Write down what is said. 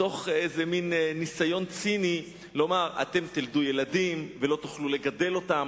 מתוך איזה ניסיון ציני לומר: אתם תלדו ילדים ולא תוכלו לגדל אותם,